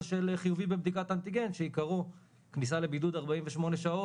של חיובי בבדיקת אנטיגן שעיקרו כניסה לבידוד 48 שעות,